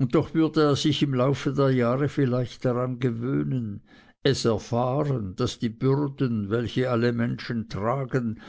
und doch würde er sich im laufe der jahre vielleicht daran gewöhnen es erfahren daß die bürden welche alle menschen tragen